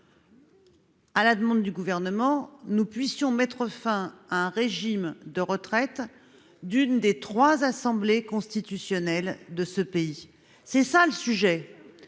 À la demande du gouvernement nous puissions mettre fin à un régime de retraite d'une des trois assemblées constitutionnelles de ce pays, c'est ça le sujet.